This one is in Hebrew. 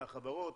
מהחברות,